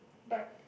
but